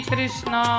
Krishna